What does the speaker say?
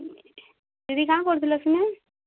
ଦିଦି କାଣା କରୁଥିଲ ତୁମେ